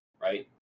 right